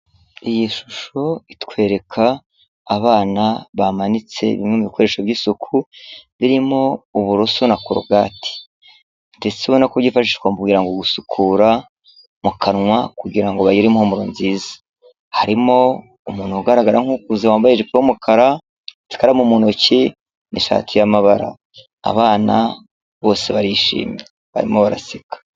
Iyi shusho itwereka abana bamanitse bimwe mu bikoresho by'isuku, birimo uburoso na corogati. Ndetse ubona ko byifashishwa mu kugirango gusukura mu kanwa kugira ngo bagire impumuro nziza. Harimo umuntu ugaragara nk'ukuze, wambaye ijipo y'umukara, afite ikaramu mu ntoki, n'ishati y'amabara. Abana bose barishimye barimo baraseka.